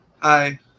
Hi